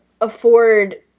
afford